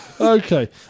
Okay